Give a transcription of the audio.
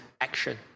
action